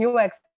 UX